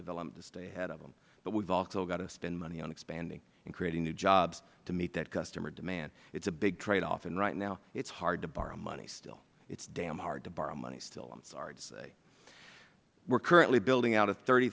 got to stay ahead of them but we have also got to spend money on expanding and creating new jobs to meet that customer demand it is a big tradeoff and right now it is hard to borrow money still it is damn hard to borrow money still i am sorry to say we are currently building out a thirty